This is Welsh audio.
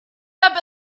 fwyaf